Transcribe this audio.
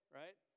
right